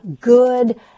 good